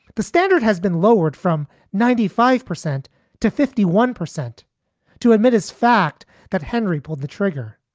the standard has been lowered from ninety five percent to fifty one percent to admit as fact that henry pulled the trigger.